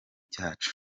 cyacu